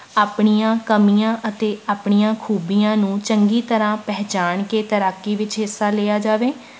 ਆਪਣੀਆਂ ਕਮੀਆਂ ਅਤੇ ਆਪਣੀਆਂ ਖੂਬੀਆਂ ਨੂੰ ਚੰਗੀ ਤਰ੍ਹਾਂ ਪਹਿਚਾਣ ਕੇ ਤੈਰਾਕੀ ਵਿੱਚ ਹਿੱਸਾ ਲਿਆ ਜਾਵੇ